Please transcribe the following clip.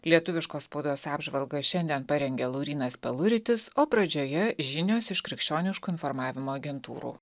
lietuviškos spaudos apžvalgas šiandien parengė laurynas peluritis o pradžioje žinios iš krikščioniškų informavimo agentūrų